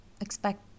expect